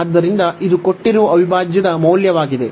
ಆದ್ದರಿಂದ ಇದು ಕೊಟ್ಟಿರುವ ಅವಿಭಾಜ್ಯದ ಮೌಲ್ಯವಾಗಿದೆ